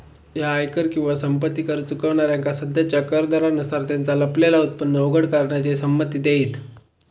ह्या आयकर किंवा संपत्ती कर चुकवणाऱ्यांका सध्याच्या कर दरांनुसार त्यांचा लपलेला उत्पन्न उघड करण्याची संमती देईत